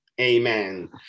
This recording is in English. Amen